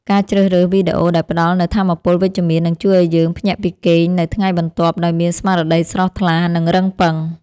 ការជ្រើសរើសវីដេអូដែលផ្ដល់នូវថាមពលវិជ្ជមាននឹងជួយឱ្យយើងភ្ញាក់ពីគេងនៅថ្ងៃបន្ទាប់ដោយមានស្មារតីស្រស់ថ្លានិងរឹងប៉ឹង។